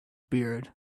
beard